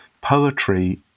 poetry